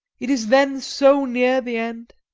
it is then so near the end?